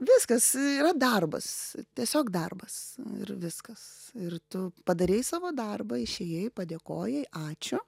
viskas yra darbas tiesiog darbas ir viskas ir tu padarei savo darbą išėjai padėkojai ačiū